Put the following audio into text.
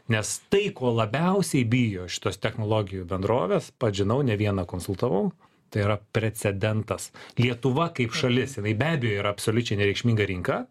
nes tai ko labiausiai bijo šitos technologijų bendrovės pats žinau ne vieną konsultavau tai yra precedentas lietuva kaip šalis jinai be abejo yra absoliučiai nereikšminga rinka